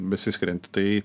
besiskirianti tai